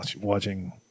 watching